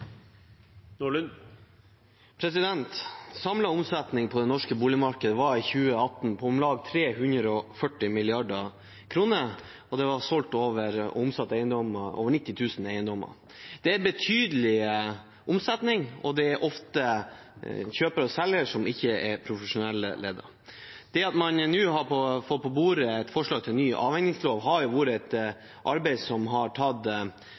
omsetning på det norske boligmarkedet var i 2018 på om lag 340 mrd. kr, og det ble omsatt over 90 000 eiendommer. Det er en betydelig omsetning, og ofte er det kjøpere og selgere som ikke er profesjonelt ledet. Man har nå fått på bordet et forslag til ny avhendingslov, og det har vært et arbeid som har tatt